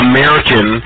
American